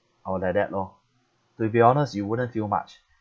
orh like that lor to be honest you wouldn't feel much